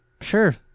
Sure